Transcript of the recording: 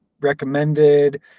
recommended